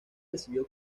recibió